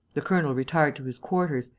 the colonel retired to his quarters,